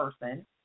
person